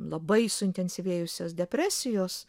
labai suintensyvėjusius depresijos